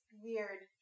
weird